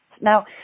Now